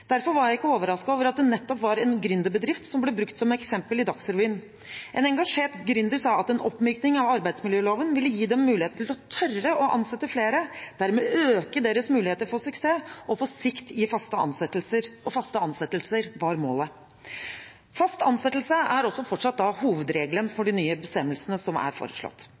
Derfor var jeg ikke overrasket over at det nettopp var en gründerbedrift som ble brukt som eksempel i Dagsrevyen. En engasjert gründer sa at en oppmykning av arbeidsmiljøloven ville gi dem mulighet til å tørre å ansette flere, og dermed øke deres muligheter for suksess og på sikt gi faste ansettelser, og faste ansettelser var målet. Fast ansettelse er også fortsatt hovedregelen i de nye bestemmelsene som er foreslått,